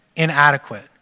inadequate